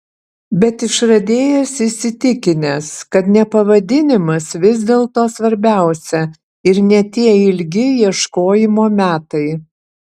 bet išradėjas įsitikinęs kad ne pavadinimas vis dėlto svarbiausia ir ne tie ilgi ieškojimo metai